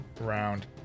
round